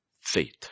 faith